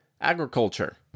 agriculture